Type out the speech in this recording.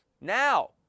Now